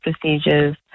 procedures